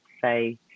say